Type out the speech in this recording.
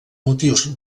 motius